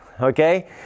okay